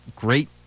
Great